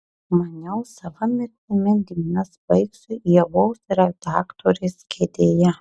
maniau sava mirtimi dienas baigsiu ievos redaktorės kėdėje